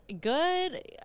good